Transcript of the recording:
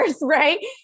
right